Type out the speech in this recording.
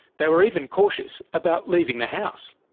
they were even cautious about leaving the house.